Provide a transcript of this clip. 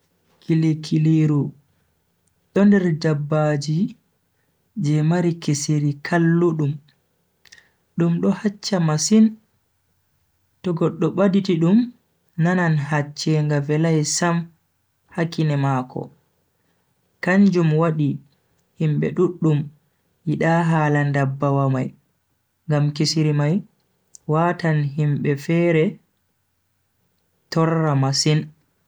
Kili-kiliru do nder dabbaji je mari kisiri kalludum, dum do haccha masin to goddo baditi dum nanan hacchenga velai sam ha kine mako. kanjum wadi himbe duddum yida hala ndabbawa mai ngam kisiri mai watan himbe fere torra masin.